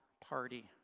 party